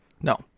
No